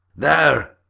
there!